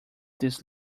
this